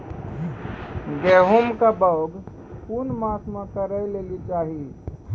गेहूँमक बौग कून मांस मअ करै लेली चाही?